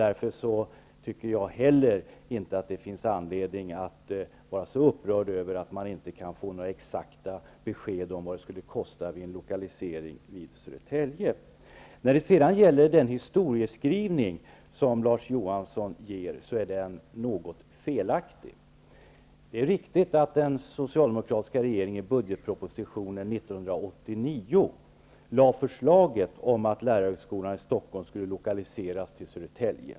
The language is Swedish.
Därför finns det inte någon anledning att vara så upprörd över att man inte kan få några exakta besked om kostnaden vid en lokalisering till Södertälje. Den historiebeskrivning Larz Johansson har givit är något felaktig. Det är riktigt att den socialdemokratiska regeringen i budgetpropositionen 1989 lade fram förslaget att lärarhögskolan i Stockholm skulle lokaliseras till Södertälje.